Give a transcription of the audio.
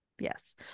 Yes